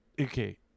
Okay